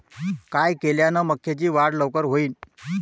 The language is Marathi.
काय केल्यान मक्याची वाढ लवकर होईन?